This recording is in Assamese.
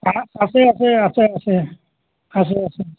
তাহাঁত আছে আছে আছে আছে আছে আছে